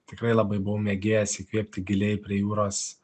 tikrai labai buvau mėgėjas įkvėpti giliai prie jūros